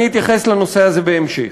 אני אתייחס לנושא הזה בהמשך.